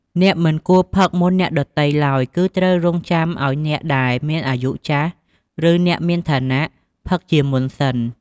អ្នកមិនគួរផឹកមុនអ្នកដទៃឡើយ គឺត្រូវរងចាំឲ្យអ្នកដែមមានអាយុចាស់ ឬអ្នកមានឋានៈផឹកជាមុនសិន។